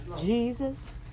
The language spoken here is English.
Jesus